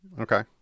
Okay